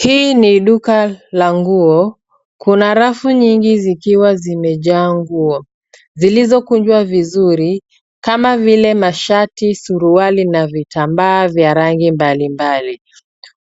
Hii ni duka la nguo. Kuna rafu nyingi zikiwa zimejaa nguo zilizokunjwa vizuri kama vile mashati, suruali na vitambaa vya rangi mbalimbali.